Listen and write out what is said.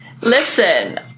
Listen